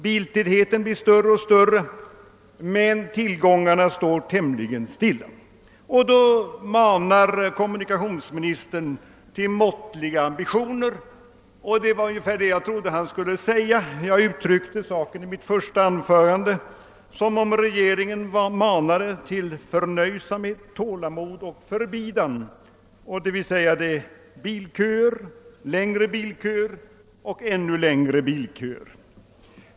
Biltätheten blir större och större, medan tillgångarna står tämligen stilla. I det läget manar kommunikationsmi nistern här till måttliga ambitioner. Det var också ungefär vad jag trodde att han skulle säga. Jag uttryckte saken i mitt första anförande så, att regeringen manade till förnöjsamhet, tålamod och förbidan, d. v. s. bilköer, längre bilköer och ännu längre bilköer.